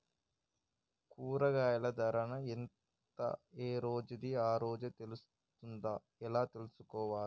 కూరగాయలు ధర ఎంత ఏ రోజుది ఆ రోజే తెలుస్తదా ఎలా తెలుసుకోవాలి?